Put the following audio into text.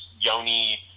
Yoni